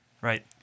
Right